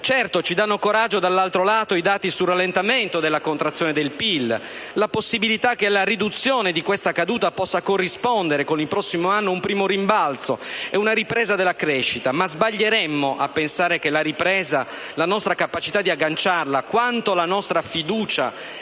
lato ci danno coraggio i dati sul rallentamento della contrazione del PIL e la possibilità che alla riduzione di questa caduta possa corrispondere, il prossimo anno, un primo rimbalzo e una ripresa della crescita, ma sbaglieremmo a pensare che con la ripresa e la nostra capacità di agganciarla la nostra fiducia